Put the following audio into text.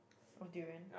what durian